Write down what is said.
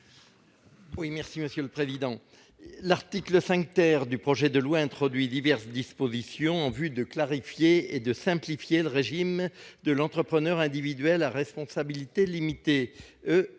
l'amendement n° 188. L'article 5 du projet de loi introduit diverses dispositions en vue de clarifier et de simplifier le régime de l'entrepreneur individuel à responsabilité limitée,